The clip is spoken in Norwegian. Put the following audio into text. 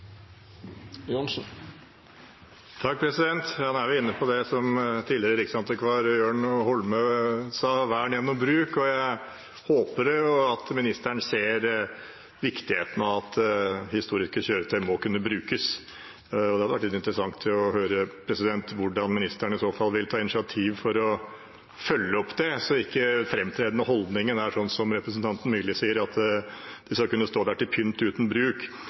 Nå er vi inne på det som tidligere riksantikvar Jørn Holme sa, vern gjennom bruk, og jeg håper jo at ministeren ser viktigheten av at historiske kjøretøy må kunne brukes. Det hadde vært litt interessant å høre hvordan ministeren i så fall vil ta initiativ for å følge opp det, slik at ikke den fremtredende holdningen er slik som representanten Myrli spør om, at det skal kunne stå der til pynt uten bruk.